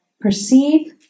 perceive